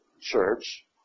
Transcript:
church